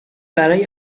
برای